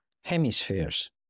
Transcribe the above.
hemispheres